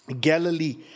Galilee